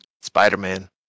spider-man